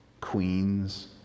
queens